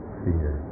fear